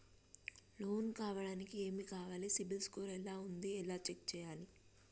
Loan కావడానికి ఏమి కావాలి సిబిల్ స్కోర్ ఎలా ఉంది ఎలా చెక్ చేయాలి?